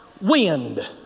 wind